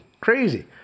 Crazy